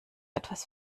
etwas